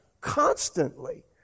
constantly